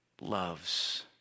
loves